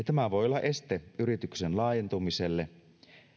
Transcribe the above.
tämä voi olla este yrityksen laajentumiselle